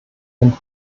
hin